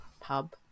pub